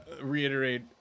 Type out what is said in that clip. reiterate